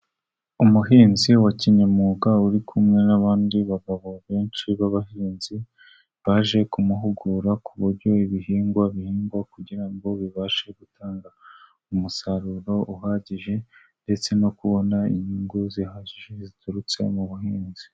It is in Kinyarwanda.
Umuhinzi wa kinyamwuga uri kumwe n'abandi bagabo benshi b'abahinzi baje kumuhugura ku buryo ibihingwa bihingwa kugira ngo bibashe gutanga umusaruro uhagije ndetse no kubona inyungu zihagije ziturutse mu buhinzi.